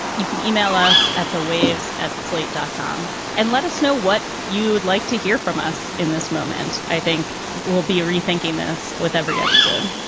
you can e-mail us at the waves at slate dot com and let us know what you'd like to hear from us in this moment. i think we'll be rethinking this with every episode.